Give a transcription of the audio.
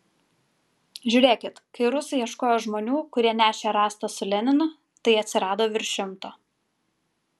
žiūrėkit kai rusai ieškojo žmonių kurie nešė rastą su leninu tai atsirado virš šimto